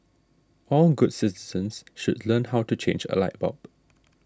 all good citizens should learn how to change a light bulb